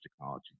technology